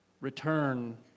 return